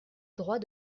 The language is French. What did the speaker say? droit